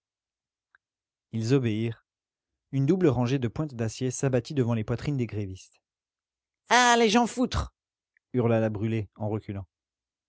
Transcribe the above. ils obéirent une double rangée de pointes d'acier s'abattit devant les poitrines des grévistes ah les jean foutre hurla la brûlé en reculant